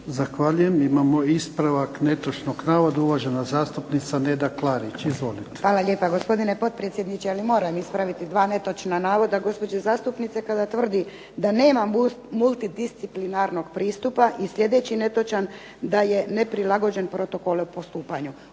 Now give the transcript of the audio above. Zahvaljujem. Imamo ispravak netočnog navoda, uvažena zastupnica Neda Klarić. **Klarić, Nedjeljka (HDZ)** Hvala lijepa. Gospodine potpredsjedniče, ali moram ispraviti dva netočna navoda gospođe zastupnice kada tvrdi da nema multidisciplinarnog pristupa i sljedeći netočan da je neprilagođen protokol o postupanju.